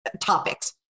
topics